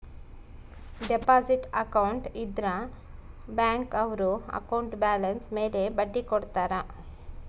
deposit account ಇದ್ರ bank ಅವ್ರು account balance ಮೇಲೆ ಬಡ್ಡಿ ಕೊಡ್ತಾರ